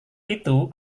itu